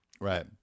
Right